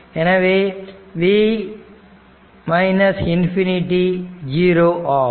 எனவே v ∞ 0 ஆகும்